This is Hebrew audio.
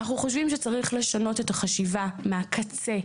אנחנו חושבים שצריך לשנות את החשיבה מהקצה.